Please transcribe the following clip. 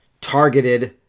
targeted